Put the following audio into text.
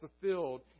fulfilled